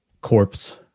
corpse